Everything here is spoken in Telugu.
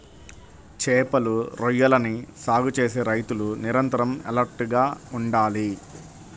చేపలు, రొయ్యలని సాగు చేసే రైతులు నిరంతరం ఎలర్ట్ గా ఉండాలి